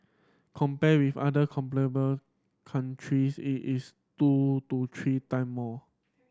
compared with other countries it is two to three time more